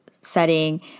setting